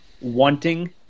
wanting